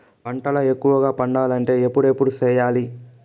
పంటల ఎక్కువగా పండాలంటే ఎప్పుడెప్పుడు సేయాలి?